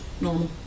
normal